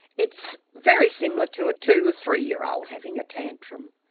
it's very similar to a two or three year old having a tantrum.